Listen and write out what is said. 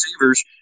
receivers